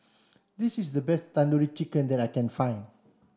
this is the best Tandoori Chicken that I can find